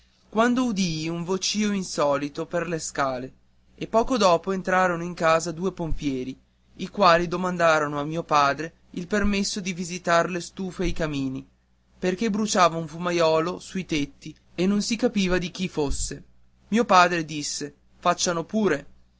quando udii un vocìo insolito per le scale e poco dopo entrarono in casa due pompieri i quali domandarono a mio padre il permesso di visitar le stufe e i camini perché bruciava un fumaiolo sui tetti e non si capiva di chi fosse mio padre disse facciano pure